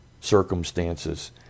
circumstances